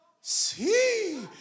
See